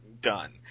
done